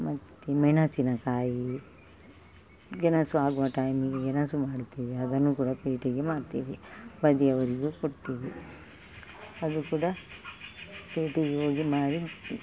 ಮತ್ತು ಮೆಣಸಿನ ಕಾಯಿ ಗೆಣಸು ಆಗುವ ಟೈಮಿಗೆ ಗೆಣಸು ಮಾಡುತ್ತೇವೆ ಅದನ್ನು ಕೂಡ ಪೇಟೆಗೆ ಮಾರ್ತೇವೆ ಬದಿಯವರಿಗೂ ಕೊಡ್ತೇವೆ ಅದು ಕೂಡ ಪೇಟೆಗೆ ಹೋಗಿ ಮಾರಿ